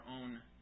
own